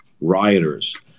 rioters